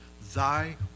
thy